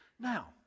Now